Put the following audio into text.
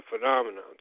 phenomenon